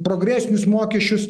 progresinius mokesčius